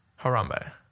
Harambe